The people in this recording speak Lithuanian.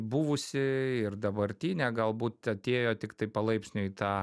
buvusi ir dabartinė galbūt atėjo tiktai palaipsniui tą